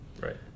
Right